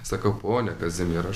sakau ponia kazimiera